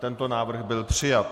Tento návrh byl přijat.